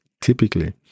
Typically